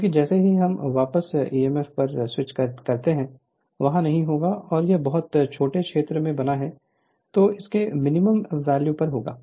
क्योंकि जैसे ही हम वापस ईएमएफ पर स्विच करते हैं वहां नहीं होगा और अगर यह बहुत छोटे क्षेत्र में बना है तो तो यह इसके मिनिमम वैल्यू पर होगा